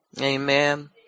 Amen